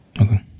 Okay